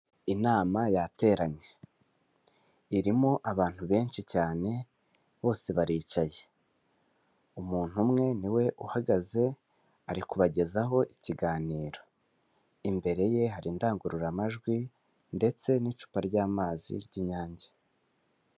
Inama yateranye irimo abantu benshi cyane bose baricaye, umuntu umwe niwe uhagaze ari kubagezaho ikiganiro imbere ye hari indangururamajwi ndetse n'icupa ry'amazi ry'inyange.